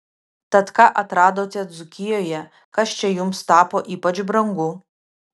tad ką atradote dzūkijoje kas čia jums tapo ypač brangu